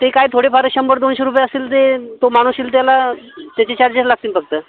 ते काय थोडेफार शंभर दोनशे रुपये असतील ते तो माणूस येईल त्याला त्याचे चार्जेस लागतीन फक्त